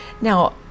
now